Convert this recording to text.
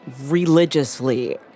religiously